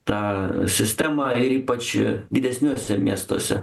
tą sistemą ir ypač didesniuose miestuose